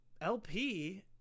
LP